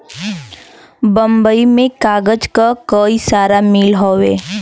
बम्बई में कागज क कई सारा मिल हउवे